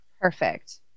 Perfect